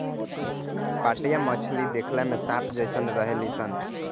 पाटया मछली देखला में सांप जेइसन रहेली सन